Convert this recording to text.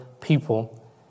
people